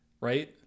Right